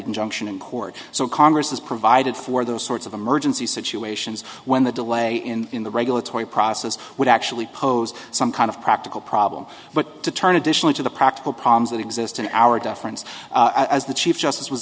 injunction in court so congress has provided for those sorts of emergency situations when the delay in the regulatory process would actually pose some kind of practical problem but to turn additionally to the practical problems that exist in our deference as the chief justice was